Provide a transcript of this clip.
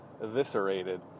eviscerated